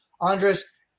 Andres